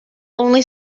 only